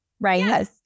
right